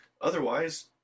Otherwise